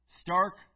Stark